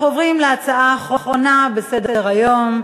אנחנו עוברים להצעה האחרונה בסדר-היום: